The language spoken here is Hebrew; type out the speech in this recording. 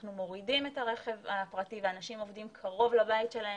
אנחנו מורידים את הרכב הפרטי ואנשים עובדים קרוב לבית שלהם,